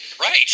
Right